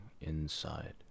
inside